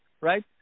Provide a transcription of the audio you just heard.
Right